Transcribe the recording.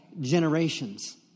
generations